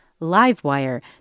LiveWire